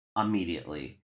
immediately